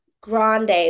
grande